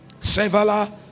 sevala